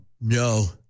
no